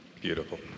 Beautiful